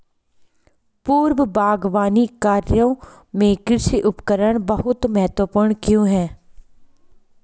पूर्व बागवानी कार्यों में कृषि उपकरण बहुत महत्वपूर्ण क्यों है?